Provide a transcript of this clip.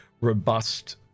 robust